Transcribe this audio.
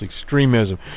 extremism